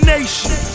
Nation